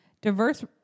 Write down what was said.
Diverse